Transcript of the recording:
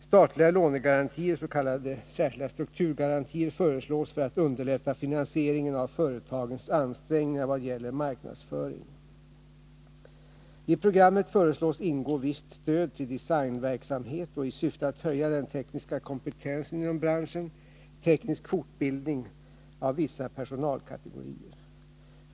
Statliga lånegarantier, s.k. särskilda strukturgarantier, föreslås för att underlätta finansieringen av företagens ansträngningar vad gäller marknadsföring. I programmet föreslås ingå visst stöd till designverksamhet och — i syfte att höja den tekniska kompetensen inom branschen — teknisk fortbildning av vissa personalkategorier.